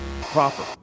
proper